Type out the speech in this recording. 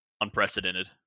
unprecedented